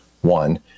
One